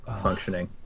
functioning